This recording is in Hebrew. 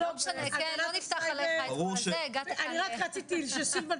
אני רוצה להדגיש יותר את הסיטואציה שלנו בבית חולים מול משפחה.